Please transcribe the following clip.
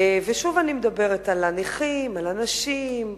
ושוב אני מדברת על הנכים, על הנשים,